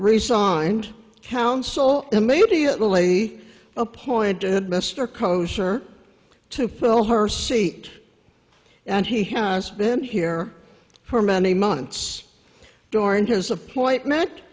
resigned council immediately appointed mr kosher to fill her seat and he has been here for many months during his appointment